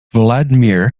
vladimir